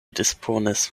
disponis